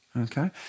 Okay